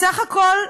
בסך הכול,